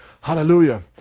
hallelujah